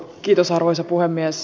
kiitos arvoisa puhemies